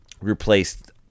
replaced